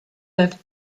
left